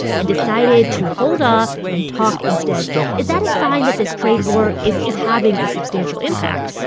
and decided to hold off and talk instead is that a sign that this trade war is is having a substantial impact,